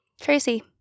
Tracy